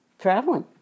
traveling